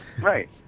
right